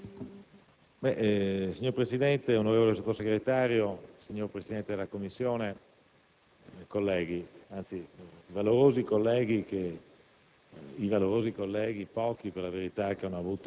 Signor Presidente, onorevole Sottosegretario, signor Presidente della Commissione, i valorosi colleghi che